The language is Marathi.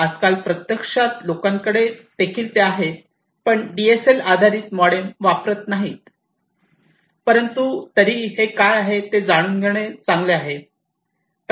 आजकाल प्रत्यक्षात लोकांकडे देखील ते आहेत पण एडीएसएल आधारित मॉडेम वापरत नाहीत परंतु तरीही हे काय आहे ते जाणून घेणे चांगले आहे